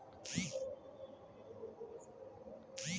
हमरा अस्पताल बनाबै लेली वाणिज्यिक ऋणो के जरूरत होतै